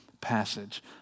passage